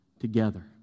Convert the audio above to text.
together